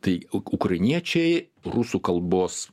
tai uk ukrainiečiai rusų kalbos